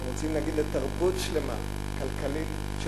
הם רוצים להגיד לתרבות כלכלית שלמה,